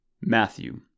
Matthew